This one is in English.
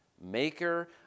maker